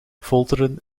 folteren